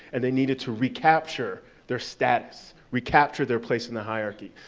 and they needed to recapture their status, recapture their place in the hierarchy.